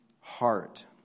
heart